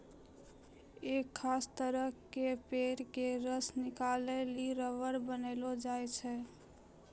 एक खास तरह के पेड़ के रस निकालिकॅ रबर बनैलो जाय छै